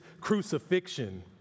crucifixion